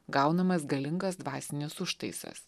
gaunamas galingas dvasinis užtaisas